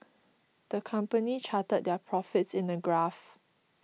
the company charted their profits in a graph